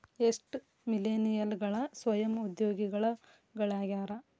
ಎಷ್ಟ ಮಿಲೇನಿಯಲ್ಗಳ ಸ್ವಯಂ ಉದ್ಯೋಗಿಗಳಾಗ್ಯಾರ